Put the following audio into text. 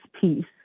peace